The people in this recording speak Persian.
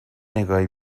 نگاهی